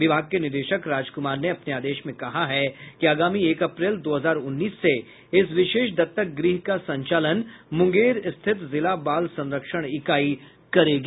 विभाग के निदेशक राज कुमार ने अपने आदेश में कहा है कि आगामी एक अप्रैल दो हजार उन्नीस से इस विशेष दत्तक गृह का संचालन मुंगेर स्थित जिला बाल संरक्षण इकाई करेगी